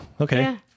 Okay